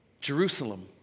Jerusalem